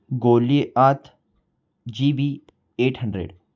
goliath G B eight hundred